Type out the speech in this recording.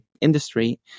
industry